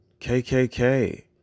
KKK